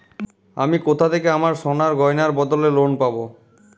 আমি কোথা থেকে আমার সোনার গয়নার বদলে লোন পাবো?